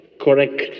correct